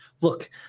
look